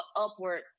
upward